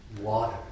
water